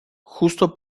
justo